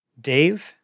Dave